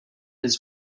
his